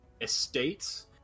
estates